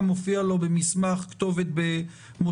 מסר מסמך שבו הופיעה כתובת במוסקבה.